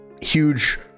huge